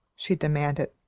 she demanded.